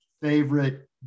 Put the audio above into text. favorite